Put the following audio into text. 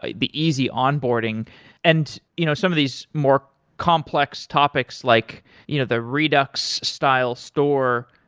ah the easy onboarding and you know some of these more complex topics, like you know the redux style store.